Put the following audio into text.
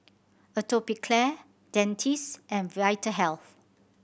Atopiclair Dentiste and Vitahealth